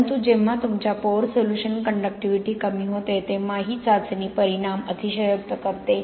परंतु जेव्हा तुमच्या पोअर सोल्युशन कंडक्टिव्हिटी कमी होते तेव्हा ही चाचणी परिणाम अतिशयोक्त करते